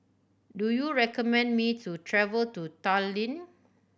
do you recommend me to travel to Tallinn